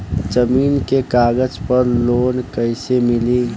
जमीन के कागज पर लोन कइसे मिली?